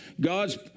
God's